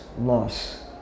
loss